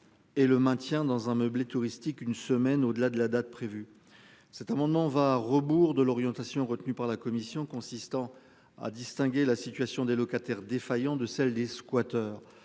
Et le maintien dans un meublé touristique une semaine au-delà de la date prévue. Cet amendement va à rebours de l'orientation retenue par la commission consistant à distinguer la situation des locataires défaillants de celle des squatters.